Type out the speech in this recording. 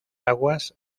aguas